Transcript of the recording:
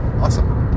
awesome